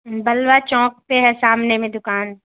بلوہ چوک پہ ہے سامنے میں دکان